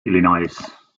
illinois